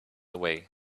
away